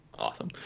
Awesome